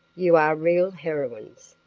you are real heroines,